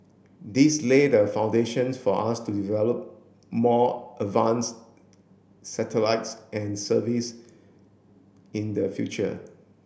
this lay the foundations for us to develop more advanced satellites and service in the future